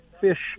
fish